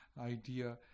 idea